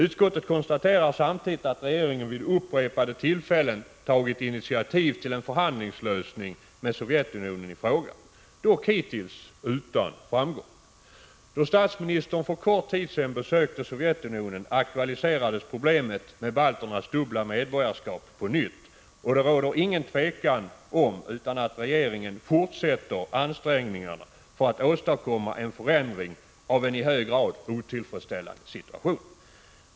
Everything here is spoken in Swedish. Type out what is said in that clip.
Utskottet konstaterar också att regeringen vid upprepade tillfällen har tagit initiativ till förhandlingar med Sovjetunionen för att komma fram till en lösning i frågan. Hittills har man dock inte haft någon framgång. Då statsministern för kort tid sedan besökte Sovjetunionen aktualiserades på nytt problemet med balternas dubbla medborgarskap. Regeringen fortsätter sina ansträngningar — därom råder inget tvivel — för att åstadkomma en förändring av en i hög grad otillfredsställande situation.